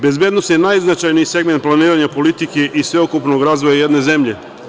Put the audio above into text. Bezbednost je najznačajniji segment planiranja politike i sveukupnog razvoja jedne zemlje.